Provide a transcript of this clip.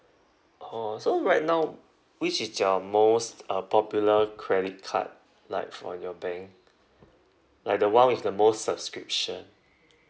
oh so right now which is your most uh popular credit card like for your bank like the one with the most subscription